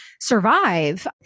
survive